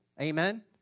amen